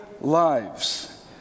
lives